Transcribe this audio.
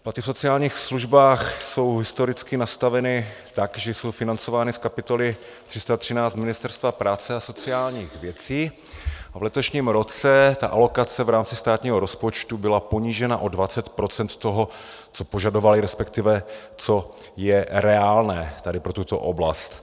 Platy v sociálních službách jsou historicky nastaveny tak, že jsou financovány z kapitoly 313 z Ministerstva práce a sociálních věcí a v letošním roce ta alokace v rámci státního rozpočtu byla ponížena o 20 % toho, co požadovaly, respektive co je reálné tady pro tuto oblast.